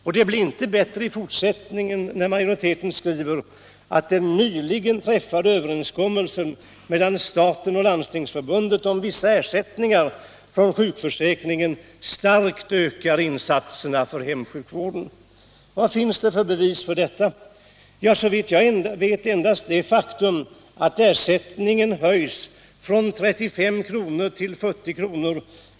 Och det blir inte bättre i fortsättningen när majoriteten skriver att den nyligen träffade överenskommelsen mellan staten och Landstingsförbundet om vissa ersättningar från sjukförsäkringen starkt ökar insatserna för hemsjukvården. Vad finns det för bevis för detta? Ja, såvitt jag vet endast det faktum att ersättningen höjs från 35 kr. till 40 kr.